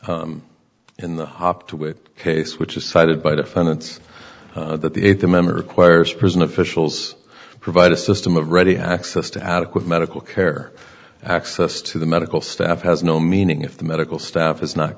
said in the hop to wit case which is cited by defendants that the eight the memory requires prison officials provide a system of ready access to adequate medical care access to the medical staff has no meaning if the medical staff is not